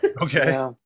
Okay